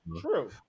True